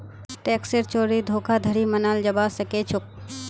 टैक्सेर चोरी धोखाधड़ी मनाल जाबा सखेछोक